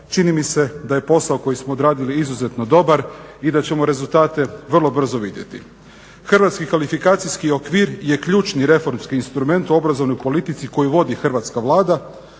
Čini mi se da je posao koji smo odradili izuzetno dobar i da ćemo rezultate vrlo brzo vidjeti. Hrvatski kvalifikacijski okvir je ključni reformski instrument u obrazovnoj politici koji vodi hrvatska Vlada